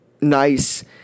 nice